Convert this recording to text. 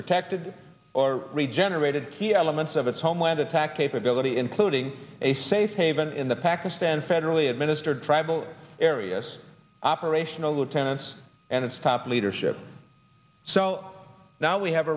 protected or regenerated key elements of its homeland attack capability including a safe haven in the pakistan federally administered tribal areas operational lieutenants and its top leadership so now we have